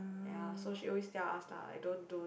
ya so she always tell us lah like don't don't